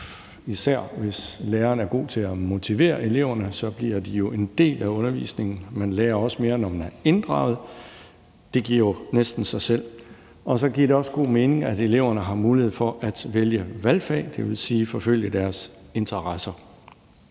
især hvis læreren er god til at motivere eleverne, for så bliver de jo en del af undervisningen. Man lærer også mere, når man er inddraget. Det giver jo næsten sig selv. Det giver også god mening, at eleverne har mulighed for at vælge valgfag, dvs. forfølge deres interesser.